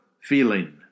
feeling